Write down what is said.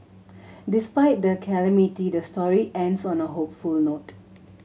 despite the calamity the story ends on a hopeful note